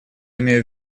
имею